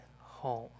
home